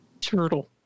Turtle